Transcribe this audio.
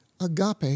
agape